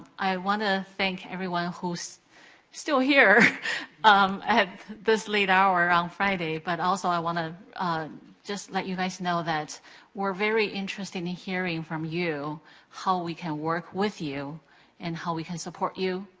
i wanna thank everyone who's still here at this late hour on friday. but also i wanna just let you guys know that we're very interested in hearing from you we can work with you and how we can support you.